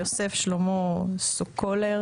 יוסף שלמה סוקולר,